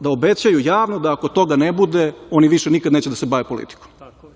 da obećaju javno da ako toga ne bude, oni više nikad neće da se bave politikom.